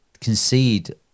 concede